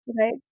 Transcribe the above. Right